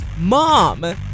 mom